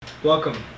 Welcome